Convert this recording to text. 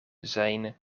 zijn